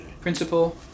Principal